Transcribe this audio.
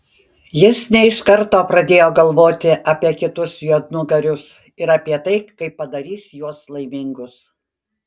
jis ne iš karto pradėjo galvoti apie kitus juodnugarius ir apie tai kaip padarys juos laimingus